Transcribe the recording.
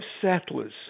settlers